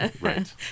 Right